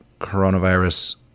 coronavirus